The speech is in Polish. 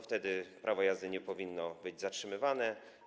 Wtedy prawo jazdy nie powinno być zatrzymywane.